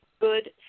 good